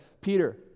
Peter